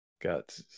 Got